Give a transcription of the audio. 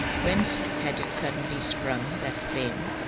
whence had it suddenly sprung, that flame?